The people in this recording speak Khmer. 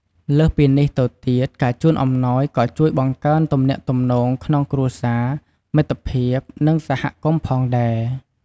លើសពីនេះទៅទៀត ការជូនអំំណោយក៏ជួយបង្កើនទំនាក់ទំនងក្នុងគ្រួសារ មិត្តភាព និងសហគមន៍ផងដែរ។